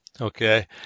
Okay